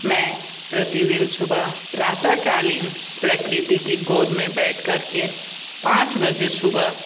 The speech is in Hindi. मैं प्रतिदिन सुबह प्रातः कालीन प्रकृति की गोद में बैठकर के पाँच बजे सुबह